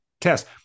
test